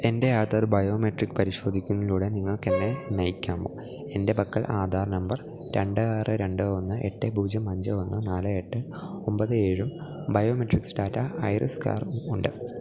എൻ്റെ ആധാർ ബയോമെട്രിക് പരിശോധിക്കുന്നതിലൂടെ നിങ്ങൾക്കെന്നെ നയിക്കാമോ എൻ്റെ പക്കൽ ആധാർ നമ്പർ രണ്ട് ആറ് രണ്ട് ഒന്ന് എട്ട് പൂജ്യം അഞ്ച് ഒന്ന് നാല് എട്ട് ഒമ്പത് ഏഴും ബയോമെട്രിക്സ് ഡാറ്റ ഐറിസ് സ്കാറും ഉണ്ട്